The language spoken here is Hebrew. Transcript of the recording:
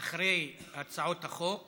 אחרי הצעות החוק